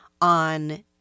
on